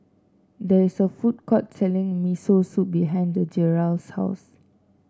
there is a food court selling Miso Soup behind Gerald's house